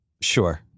Sure